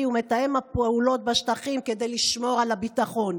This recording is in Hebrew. ומתאם הפעולות בשטחים כדי לשמור על הביטחון,